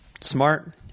Smart